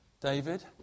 David